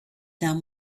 them